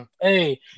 Hey